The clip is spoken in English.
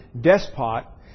despot